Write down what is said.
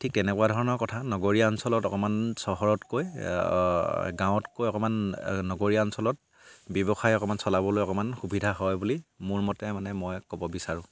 ঠিক তেনেকুৱা ধৰণৰ কথা নগৰীয়া অঞ্চলত অকমান চহৰতকৈ গাঁৱতকৈ অকমান নগৰীয়া অঞ্চলত ব্যৱসায় অকমান চলাবলৈ অকমান সুবিধা হয় বুলি মোৰ মতে মানে মই ক'ব বিচাৰোঁ